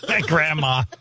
Grandma